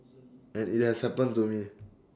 and IT has happened to me